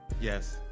yes